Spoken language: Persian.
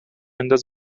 انداز